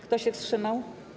Kto się wstrzymał?